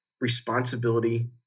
responsibility